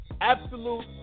Absolute